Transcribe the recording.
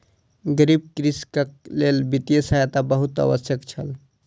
गरीब कृषकक लेल वित्तीय सहायता बहुत आवश्यक छल